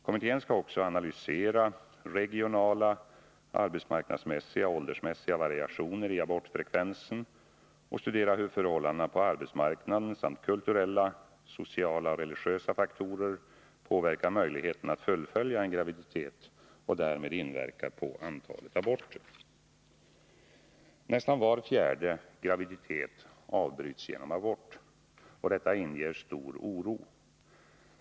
Kommit tén skall också analysera regionala, arbetsmarknadsmässiga och åldersmässiga variationer i abortfrekvensen och studera hur förhållandena på arbetsmarknaden samt kulturella, sociala och religiösa faktorer påverkar möjligheten att fullfölja en graviditet och därmed inverkar på antalet aborter. Nästan var fjärde graviditet avbryts genom abort. Detta inger stor oro.